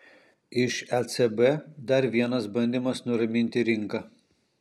iš ecb dar vienas bandymas nuraminti rinką